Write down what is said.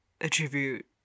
attribute